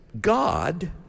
God